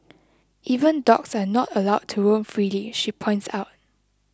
even dogs are not allowed to roam freely she points out